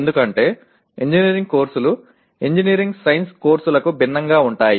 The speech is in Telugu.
ఎందుకంటే ఇంజనీరింగ్ కోర్సులు ఇంజనీరింగ్ సైన్స్ కోర్సులకు భిన్నంగా ఉంటాయి